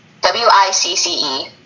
w-i-c-c-e